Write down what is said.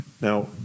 Now